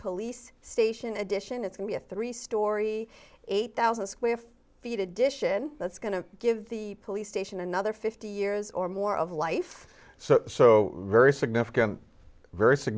police station addition it's going be a three story eight thousand square feet addition that's going to give the police station another fifty years or more of life so so ver